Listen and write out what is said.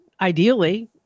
ideally